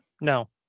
no